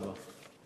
תודה רבה.